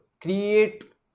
create